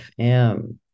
fm